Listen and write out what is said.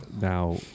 now